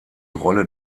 rolle